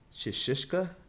Shishishka